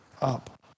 up